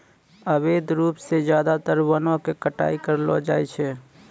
अवैध रूप सॅ ज्यादातर वनों के कटाई करलो जाय छै